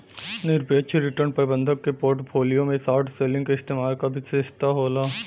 निरपेक्ष रिटर्न प्रबंधक के पोर्टफोलियो में शॉर्ट सेलिंग के इस्तेमाल क विशेषता होला